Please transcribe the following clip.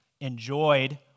enjoyed